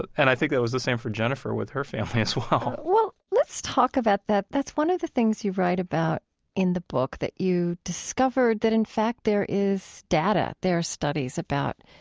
and i think that it was the same for jennifer with her family, as well well, let's talk about that. that's one of the things you write about in the book, that you discovered that, in fact, there is data. there are studies about,